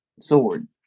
sword